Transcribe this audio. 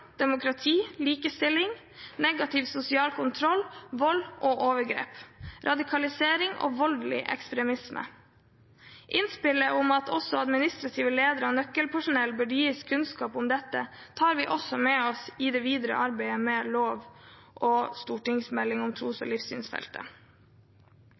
demokrati, likestilling, negativ sosial kontroll, vold og overgrep, radikalisering og voldelig ekstremisme. Innspillet om at også administrative ledere og nøkkelpersonell bør gis kunnskap om dette, tar vi med oss i det videre arbeidet med lov og stortingsmelding om tros-